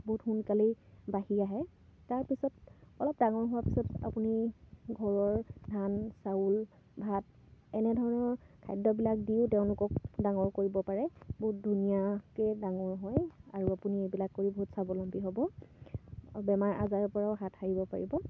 বহুত সোনকালেই বাঢ়ি আহে তাৰপিছত অলপ ডাঙৰ হোৱাৰ পিছত আপুনি ঘৰৰ ধান চাউল ভাত এনেধৰণৰ খাদ্যবিলাক দিও তেওঁলোকক ডাঙৰ কৰিব পাৰে বহুত ধুনীয়াকৈয়ে ডাঙৰ হয় আৰু আপুনি এইবিলাক কৰি বহুত স্বাৱলম্বী হ'ব বেমাৰ আজাৰৰপৰাও হাত সাৰিব পাৰিব